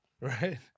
Right